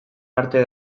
arte